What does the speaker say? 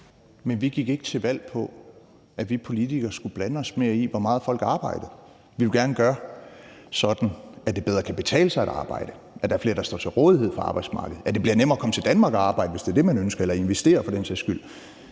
Vi gik ikke til valg på, at vi politikere skulle blande os mere i, hvor meget folk arbejdede. Vi vil gerne gøre det sådan, at det bedre kan betale sig at arbejde; at der er flere, der står til rådighed for arbejdsmarkedet; at det bliver nemmere at komme til Danmark og arbejde, hvis det er det, man ønsker, eller for den sags skyld